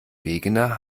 wegener